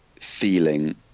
feeling